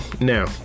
Now